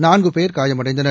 நான்கு பேர் காயமடைந்தனர்